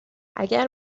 اگر